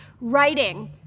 writing